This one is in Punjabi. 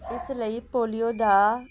ਇਸ ਲਈ ਪੋਲੀਓ ਦਾ